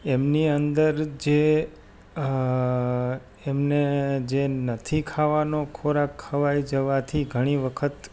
એમની અંદર જે એમને જે નથી ખાવાનો ખોરાક ખવાઈ જવાથી ઘણી વખત